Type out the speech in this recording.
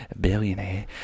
billionaire